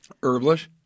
Herblish